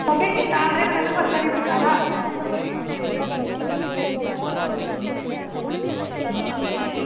ओह्बी कीता ते ओह्दे कन्नै बी फर्क हैनी लग्गा दा